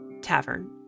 tavern